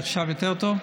עכשיו יותר טוב?